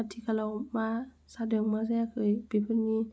आथिखालाव मा जादों मा जायाखै बेफोरनि